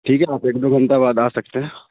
ٹھیک ہے آپ ایک دو گھنٹہ بعد آ سکتے ہیں